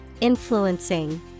influencing